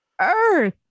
earth